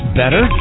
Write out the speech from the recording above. better